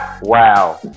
Wow